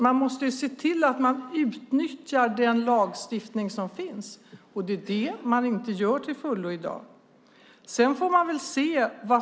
Man måste se till att utnyttja den lagstiftning som finns, och det gör man inte till fullo i dag.